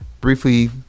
briefly